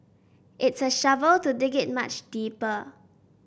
it's a shovel to dig it much deeper